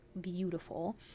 beautiful